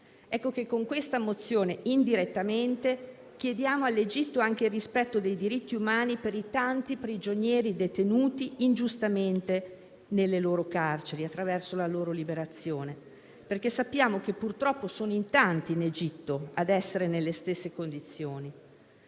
Ecco che con questa mozione indirettamente chiediamo all'Egitto anche il rispetto dei diritti umani per i tanti prigionieri detenuti ingiustamente nelle loro carceri, attraverso la loro liberazione, perché sappiamo che purtroppo sono in tanti in Egitto a essere nelle stesse condizioni.